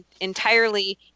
entirely